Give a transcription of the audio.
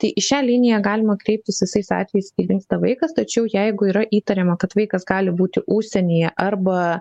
tai į šią liniją galima kreiptis visais atvejais kai dingsta vaikas tačiau jeigu yra įtariama kad vaikas gali būti užsienyje arba